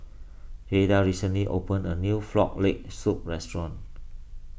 Jaeda recently opened a new Frog Leg Soup restaurant